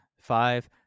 five